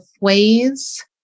ways